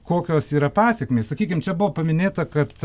kokios yra pasekmės sakykim čia buvo paminėta kad